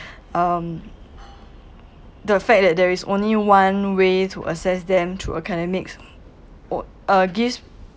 um the fact that there is only one way to assess them to academics o~ uh gives